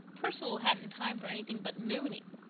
perceval hadn't time for anything but mooning.